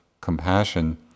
compassion